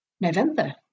November